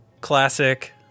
classic